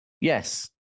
yes